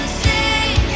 sing